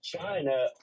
China